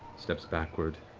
steps backward,